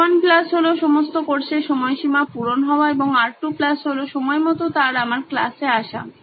R1 plus হলো সমস্ত কোর্সের সময়সীমা পূরণ হওয়া এবং R2 plus হলো সময়মতো তার আমার ক্লাসে আসা